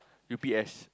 U_P_S